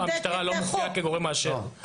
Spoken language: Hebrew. המשטרה לא מופיעה כגורם מאשר.